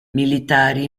militari